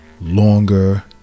longer